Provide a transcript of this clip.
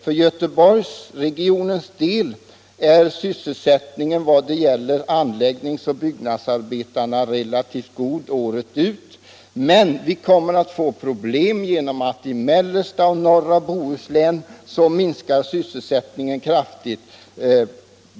För Göteborgsregionen är sysselsättningen vad det gäller anläggningsoch byggnadsarbeten relativt god året ut. Men vi kommer att få problem genom att sysselsättningen i mellersta och norra Bohuslän minskar kraftigt.